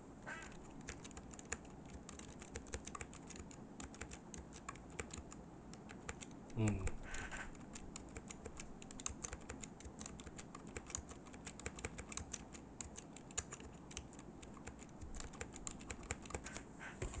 mm